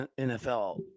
NFL